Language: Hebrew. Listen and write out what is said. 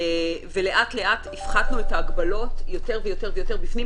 ולאט לאט הפחתנו את ההגבלות יותר ויותר בפנים,